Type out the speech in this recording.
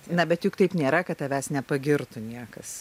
na bet juk taip nėra kad tavęs nepagirtų niekas